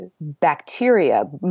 bacteria